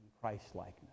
Christ-likeness